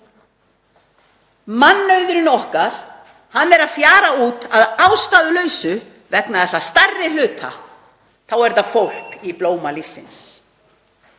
mannauðurinn okkar er að fjara út að ástæðulausu vegna þess að að stærri hluta þá er þetta fólk í blóma lífsins.